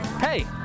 Hey